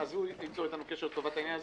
אז הוא ייצור איתנו קשר לטובת העניין הזה.